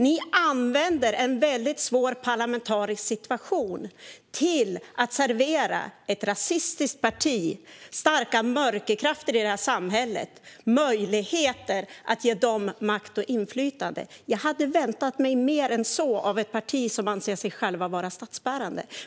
Ni använder en väldigt svår parlamentarisk situation till att servera ett rasistiskt parti och starka mörkerkrafter i det här samhället möjligheter till makt och inflytande. Jag hade väntat mig mer än så av ett parti som anser sig självt vara statsbärande.